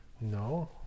no